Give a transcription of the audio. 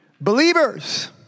believers